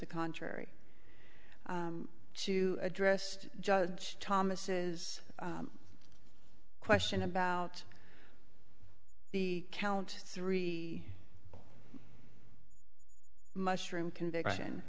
the contrary to address judge thomas is a question about the count of three mushroom conviction